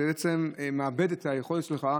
גם בגלל קוצר הזמן וגם בגלל ששתי השאילתות הן באותו עניין,